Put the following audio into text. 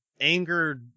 anger